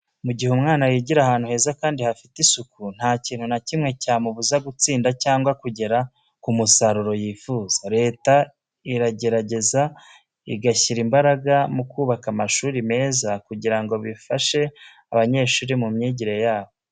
Mu gihe umwana yigira ahantu heza kandi hafite asuku, nta kintu na kimwe cyamubuza gutsinda cyangwa kugera ku musaruro yifuza. Leta iragerageza igashyira imbaraga mu kubaka amashuri meza kugira ngo bifashe abanyeshuri mu myigire yabo.